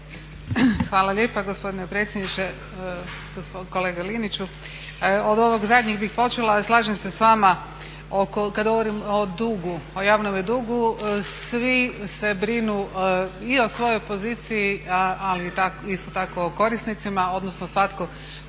Hvala lijepa gospodine predsjedniče, kolega Liniću. Od ovog zadnjeg bih počela. Slažem se s vama kad govorim o dugu, o javnome dugu svi se brinu i o svojoj poziciji, ali isto tako i o korisnicima, odnosno svatko